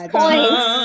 points